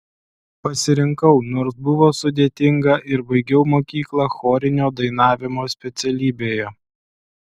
pasirinkau nors buvo sudėtinga ir baigiau mokyklą chorinio dainavimo specialybėje